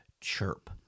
Chirp